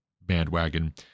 bandwagon